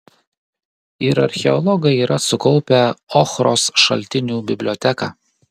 ir archeologai yra sukaupę ochros šaltinių biblioteką